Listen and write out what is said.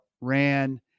ran